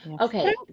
Okay